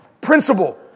principle